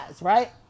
right